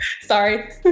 sorry